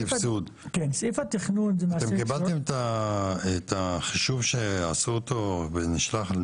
אתם קיבלתם את החישוב שעשו אותו ונשלח,